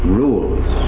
rules